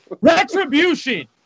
Retribution